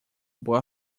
boa